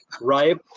right